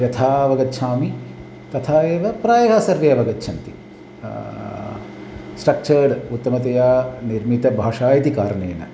यथा अवगच्छामि तथा एव प्रायः सर्वे अवगच्छन्ति स्ट्रक्चर्ड् उत्तमतया निर्मिता भाषा इति कारणेन